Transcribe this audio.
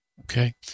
Okay